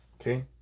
Okay